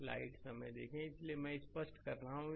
slide समय देखें 1302 इसलिए मैं इसे स्पष्ट कर दूं